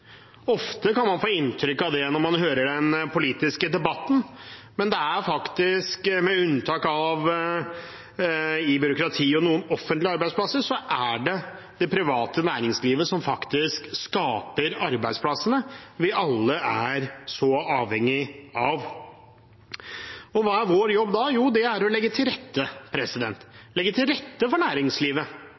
Ofte kan man få inntrykk av det når man hører den politiske debatten, men med unntak av byråkratiet og noen offentlige arbeidsplasser er det det private næringslivet som faktisk skaper arbeidsplassene vi alle er så avhengig av. Hva er vår jobb da? Jo, det er å legge til rette – legge til rette for næringslivet,